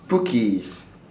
cookies